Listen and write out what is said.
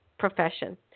profession